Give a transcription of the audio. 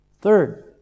Third